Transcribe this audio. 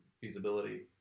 feasibility